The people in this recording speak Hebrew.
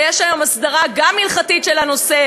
ויש היום גם הסדרה הלכתית של הנושא.